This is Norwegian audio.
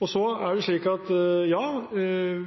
Ja,